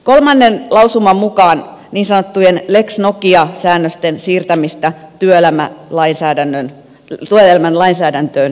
kolmannen lausuman mukaan niin sanottujen lex nokia säännösten siirtämistä työelämän lainsäädäntöön jatketaan